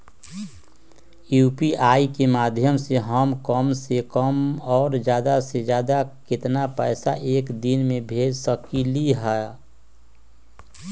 UPI के माध्यम से हम कम से कम और ज्यादा से ज्यादा केतना पैसा एक दिन में भेज सकलियै ह?